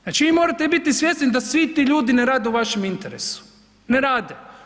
Znači vi morate biti svjesni da svi ti ljudi ne rade u vašem interesu, ne rade.